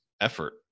effort